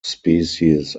species